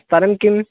स्थलं किम्